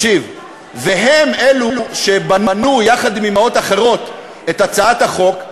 הן אלה שבנו יחד עם אימהות אחרות את הצעת החוק,